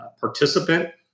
participant